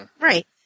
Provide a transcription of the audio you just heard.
Right